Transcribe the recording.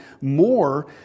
more